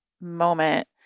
moment